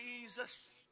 Jesus